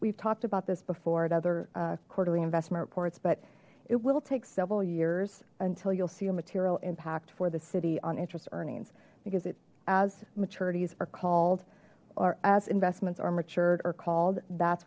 we've talked about this before other quarterly investment reports but it will take several years until you'll see a material impact for the city on interest earnings because it as maturities are called or as investments are matured or called that's